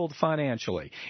financially